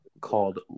called